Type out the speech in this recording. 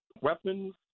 weapons